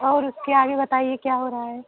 और उसके आगे बताइए क्या हो रहा है